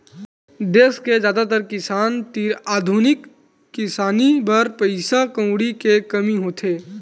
देस के जादातर किसान तीर आधुनिक किसानी बर पइसा कउड़ी के कमी होथे